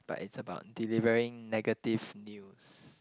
but is about delivering negative news